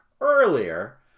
earlier